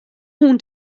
hûn